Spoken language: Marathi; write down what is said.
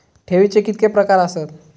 ठेवीचे कितके प्रकार आसत?